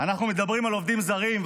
אנחנו מדברים על עובדים זרים,